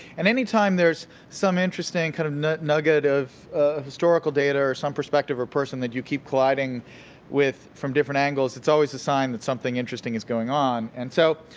and anytime there's some interesting kind of nugget of of historical data or some perspective of person that you keep colliding with from different angles, it's always a sign that something interesting is going on. and so,